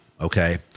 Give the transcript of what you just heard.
Okay